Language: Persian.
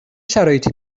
شرایطی